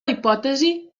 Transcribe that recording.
hipòtesi